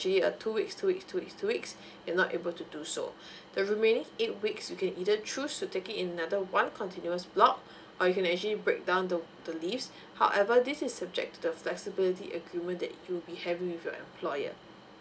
a two weeks two weeks two weeks two weeks you're not able to do so the remaining eight weeks you can either choose to take in another one continuous block or you can actually breakdown the the leaves however this is subject to the flexibility agreement that you'll be having with your employer